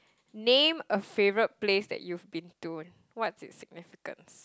name a favourite place that you've been to what's its significance